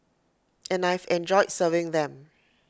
and I've enjoyed serving them